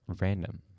random